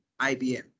IBM